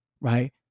right